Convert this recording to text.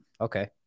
Okay